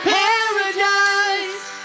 paradise